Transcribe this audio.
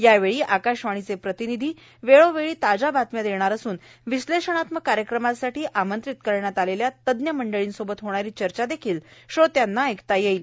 यावेळी आकाशवाणीचे प्रतिनिधी वेळोवेळी ताज्या बातम्या देणार असून विश्लेषणात्मक कार्यक्रमासाठी आमंत्रित करण्यात आलेल्या तज्ज मंडळीसोबत होणारी चर्चा देखील श्रोत्यांना ऐकता येणार आहे